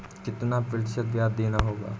कितना प्रतिशत ब्याज देना होगा?